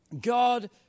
God